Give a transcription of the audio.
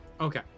Okay